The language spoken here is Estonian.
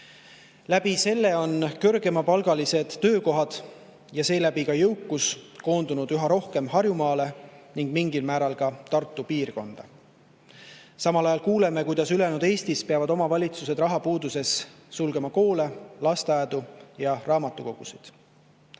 Selle tõttu on kõrgemapalgalised töökohad ja seeläbi ka jõukus koondunud üha rohkem Harjumaale ning mingil määral ka Tartu piirkonda. Samal ajal kuuleme, kuidas ülejäänud Eestis peavad omavalitsused rahapuuduses sulgema koole, lasteaedu ja raamatukogusid.